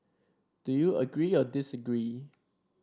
do you agree or disagree